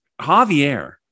Javier